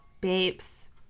babes